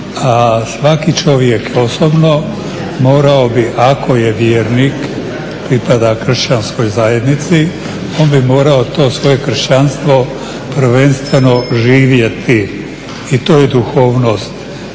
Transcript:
svaki čovjek osobno morao bi ako je vjernik, pripada kršćanskoj zajednici on bi morao to svoje kršćanstvo prvenstveno živjeti. I to je duhovnost,